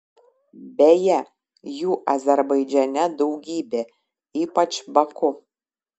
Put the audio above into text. beje jų azerbaidžane daugybė ypač baku